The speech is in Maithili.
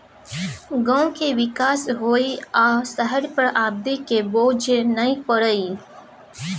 गांव के विकास होइ आ शहर पर आबादी के बोझ नइ परइ